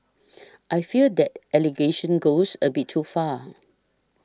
I fear that allegation goes a bit too far